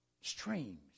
streams